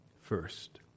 first